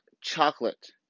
chocolate